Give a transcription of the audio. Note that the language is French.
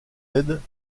aides